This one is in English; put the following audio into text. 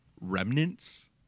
remnants